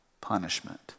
punishment